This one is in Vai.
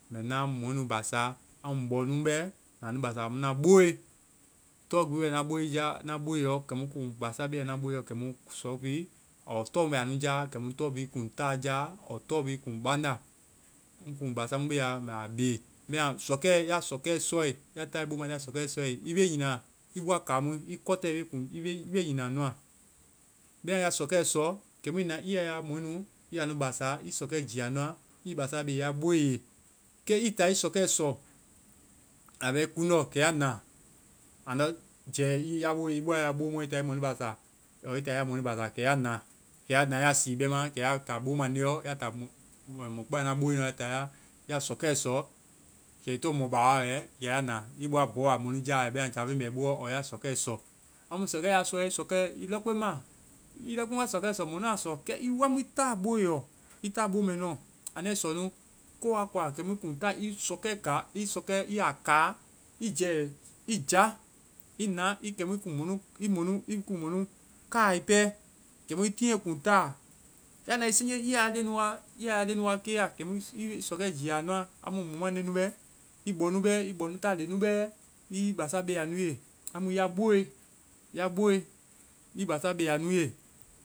Mbɛ naa nu basaa. Ŋ bɔ nu bɛ. Anui basaa na booe. Tɔ gbi bɛ na booe jaa-na booe lɔ kɛ mu ŋ kuŋ basaa bea na booeɔ kɛ mu sɔ bi ɔɔ tɔ mu be anu jaa, kɛmu tɔ bi kuŋ ta jaa. tɔ be kuŋ banda. Ŋ kuŋ basaa mu bea, a amu mɛ a bea. Bɛma sɔkɛ! Ya sɔkɛ sɔe, ya taae bo mnandeɔ ya sɔkɛ sɔe, i be nyiina i bɔa kaamu, i kɔtɛ, i be kuŋ-i be nyiina nua. Bɛma ya sɔkɛ so kɛmu i na i yɛ ya mɔɛnu i ya nu basaa, i sɔkɛ jiia nua, i basaa be ya booe ye. Kɛ i ta i sɔkɛ sɔ, a bɛ i sɔ, bena i kuŋndɔ, a ndɔ jɛ, i ya booe-i bɔa ya bo muɔ i ta i ya mɔɛ nu basaa ɔɔ i ta i ya mɔnu basa. Kɛ ya na ya sii bɛma kɛ ya ta bo mande yɔ, mɔ kpɛma nua bo ɔ, ya ta ya sɔkɛ sɔ. Kɛ i tɔŋ mɔ ba wa wɛ. Kɛ ya na, i bɔa bɔuwa mlonu ja bɛma jafeŋ bɛ i boɔ ɔɔ ya sɔkɛ sɔ. Amu sɔkɛ, ya sɔe, lɔkpeŋ ma. I lɔkpeŋ wa sɔkɛ sɔ, naa sɔ. Kɛ i wa mu i taa booe yɔ. I taa bo mɛ nuɔ. Anda i sɔ nu ko wa koa. Kɛmu i kuŋ taa i sɔkɛɛ ka, i sɔkɛɛ, i ya ka, i jɛ i jaa. I na kɛmu i mɔnu-i mɔnu, i kuŋ mɔnu ka i pɛ. Kɛmu i tiŋɛ kuŋ taa. Ya nae siŋje i ya leŋnu wa, i ya leŋɛ nu wa biia kɛmu i sɔkɛ jia nua. Amu hiŋi mua leŋnu nu bɛ, i bɔnu bɛ, i bɔnu ta leŋnu bɛ. I basaa be a nu ye. Amu ya booe. Ya booe! I basaa be a nu ye.